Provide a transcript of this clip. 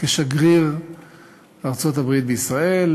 כשגריר ארצות-הברית בישראל,